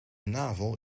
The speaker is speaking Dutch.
navel